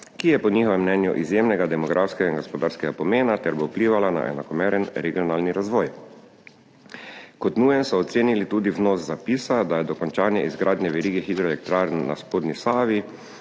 ki je po njihovem mnenju izjemnega demografskega in gospodarskega pomena ter bo vplivala na enakomeren regionalni razvoj. Kot nujen so ocenili tudi vnos zapisa, da je dokončanje izgradnje verige hidroelektrarn na spodnji Savi